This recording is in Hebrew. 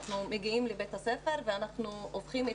אנחנו מגיעים לבית הספר ואנחנו הופכים את